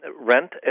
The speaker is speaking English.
rent